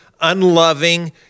unloving